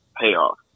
Payoff